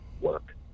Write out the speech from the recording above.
work